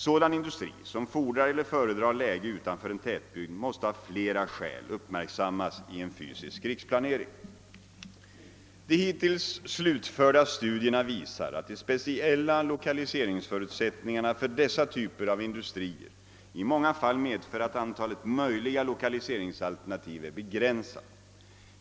Sådan industri som fordrar eller föredrar läge utanför en tätbygd måste av flera skäl uppmärksammas i en fysisk riksplanering. De hittills utförda studierna visar, att de speciella lokaliseringsförutsättningarna för dessa typer av industrier i många fall medför att antalet möjliga lokaliseringsalternativ är begränsat.